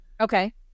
Okay